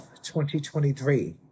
2023